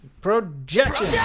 Projection